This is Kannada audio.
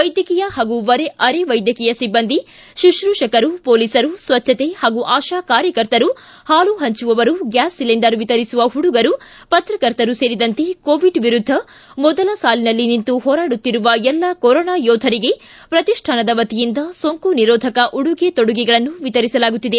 ವೈದ್ಯಕೀಯ ಹಾಗೂ ಅರೆವೈದ್ಯಕೀಯ ಸಿಬ್ಬಂದಿ ಶುಶ್ರೂಷಕರು ಪೊಲೀಸರು ಸ್ವಚ್ಛತೆ ಹಾಗೂ ಆಶಾ ಕಾರ್ಯಕರ್ತರು ಹಾಲು ಹಂಚುವವರು ಗ್ವಾಸ್ ಸಿಲಿಂಡರ್ ವಿತರಿಸುವ ಹುಡುಗರು ಪತ್ರಕರ್ತರು ಸೇರಿದಂತೆ ಕೋವಿಡ್ ವಿರುದ್ದ ಮೊದಲ ಸಾಲಿನಲ್ಲಿ ನಿಂತು ಹೋರಾಡುತ್ತಿರುವ ಎಲ್ಲ ಕೊರೊನಾ ಯೋಧರಿಗೆ ಪ್ರತಿಷ್ಠಾನದ ವತಿಯಿಂದ ಸೋಂಕು ನಿರೋಧಕ ಉಡುಗೆ ತೊಡುಗೆಗಳನ್ನು ವಿತರಿಸಲಾಗುತ್ತಿದೆ